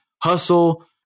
hustle